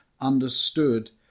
understood